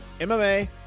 MMA